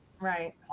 Right